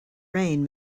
rain